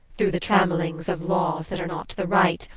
through the trammellings of laws that are not the right,